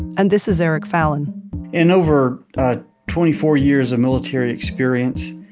and this is eric fallon in over twenty four years of military experience,